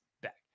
back